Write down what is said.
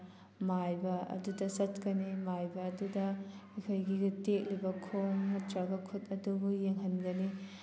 ꯃꯥꯏꯕ ꯑꯗꯨꯗ ꯆꯠꯀꯅꯤ ꯃꯥꯏꯕ ꯑꯗꯨꯗ ꯑꯩꯈꯣꯏꯒꯤ ꯇꯦꯛꯂꯤꯕ ꯈꯣꯡ ꯅꯠꯇ꯭ꯔꯒ ꯈꯨꯠ ꯑꯗꯨꯕꯨ ꯌꯦꯡꯍꯟꯒꯅꯤ